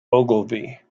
ogilvie